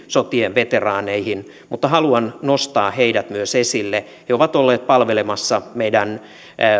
sotien veteraaneihin mutta haluan nostaa myös heidät esille he ovat olleet palvelemassa meidän